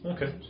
Okay